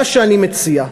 מה שאני מציע,